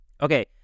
Okay